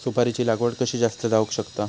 सुपारीची लागवड कशी जास्त जावक शकता?